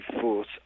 force